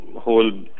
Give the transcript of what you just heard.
whole